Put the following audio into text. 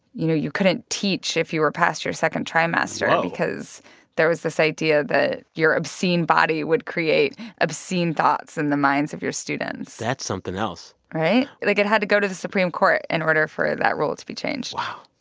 you know, you couldn't teach if you were past your second trimester. whoa. because there was this idea that your obscene body would create obscene thoughts in the minds of your students that's something else right. like, it had to go to the supreme court in order for that rule to be changed wow,